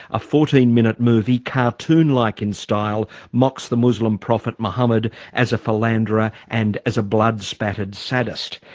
a fourteen minute movie cartoon-like in style, mocks the muslim prophet, muhammad as a philanderer and as a blood-spattered sadist.